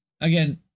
again